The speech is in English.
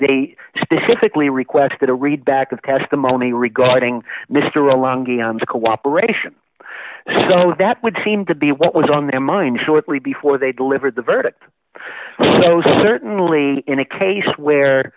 they specifically requested a read back of testimony regarding mr along and cooperation so that would seem to be what was on their mind shortly before they delivered the verdict so certainly in a case where